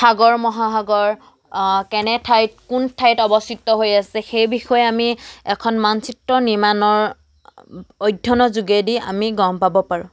সাগৰ মহাসাগৰ কেনে ঠাইত কোন ঠাইত অৱস্থিত হৈ আছে সেই বিষয়ে আমি এখন মানচিত্ৰ নিৰ্মাণৰ অধ্যয়নৰ যোগেদি আমি গম পাব পাৰোঁ